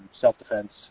self-defense